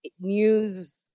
news